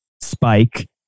spike